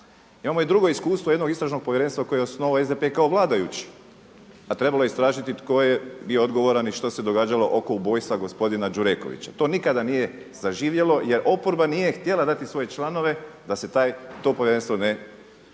Imamo i drugo iskustvo jednog istražnog povjerenstva koje je osnovao SDP kao vladajući, a trebalo je istražiti tko je bio odgovoran i što se događalo oko ubojstva gospodina Đurekovića. To nikada nije saživjelo jer oporba nije htjela dati svoje članove da se to povjerenstvo ne